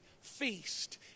feast